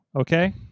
okay